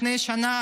לפני שנה,